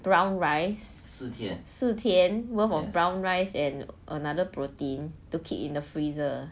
brown rice 四天 worth of brown rice and another protein to keep in the freezer